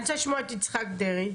אני רוצה לשמוע את יצחק דרעי.